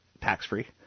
tax-free